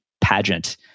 pageant